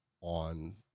on